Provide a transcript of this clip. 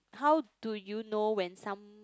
how do you know when some